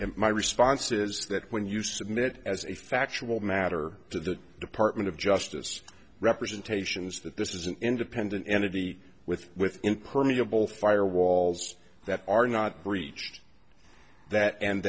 and my response is that when you submit as a factual matter to the department of justice representations that this is an independent entity with within permeable fire walls that are not breached that and